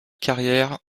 carrière